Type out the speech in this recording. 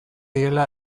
direla